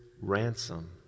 ransom